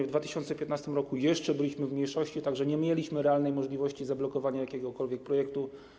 W 2015 r. jeszcze byliśmy w mniejszości, tak że nie mieliśmy realnej możliwości zablokowania jakiegokolwiek projektu.